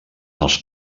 els